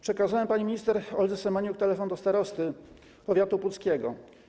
Przekazałem pani minister Oldze Semeniuk telefon do starosty powiatu puckiego.